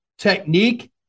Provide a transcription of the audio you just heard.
technique